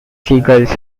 seagulls